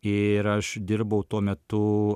ir aš dirbau tuo metu